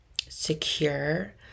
secure